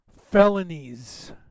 felonies